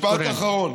משפט אחרון.